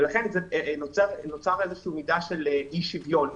ולכן נוצרת מידה של אי שוויון.